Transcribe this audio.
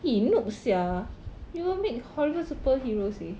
noob sia we will make horrible superheroes seh